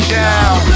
down